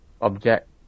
object